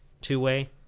two-way